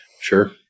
Sure